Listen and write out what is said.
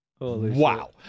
Wow